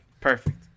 Perfect